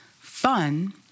fun